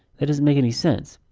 that doesn't make any sense.